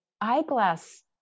eyeglass